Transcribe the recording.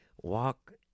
walk